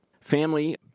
Family